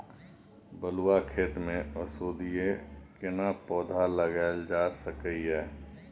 बलुआ खेत में औषधीय केना पौधा लगायल जा सकै ये?